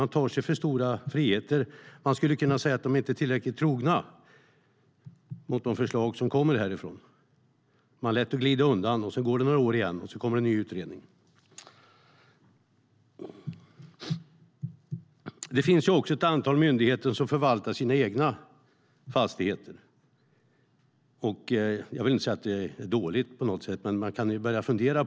De tar sig för stora friheter. Man skulle kunna säga att de inte är tillräckligt trogna mot de förslag som kommer härifrån. Man låter det glida undan, och så går det några år igen, och så kommer det en ny utredning. Det finns också ett antal myndigheter som förvaltar sina egna fastigheter. Jag vill inte säga att det är dåligt, men man kan fundera.